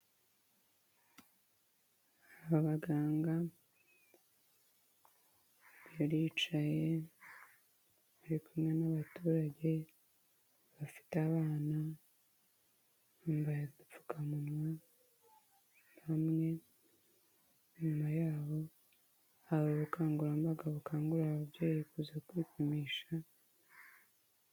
Abaganga baricaye bari kumwe n'abaturage bafite abana bambaye udupfukamunwa, bamwe inyuma yabo hari ubukangurambaga bukangurira ababyeyi kuza kwipimisha.